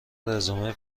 رزومه